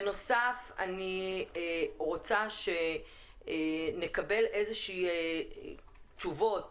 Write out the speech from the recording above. בנוסף, אני רוצה שנקבל תשובות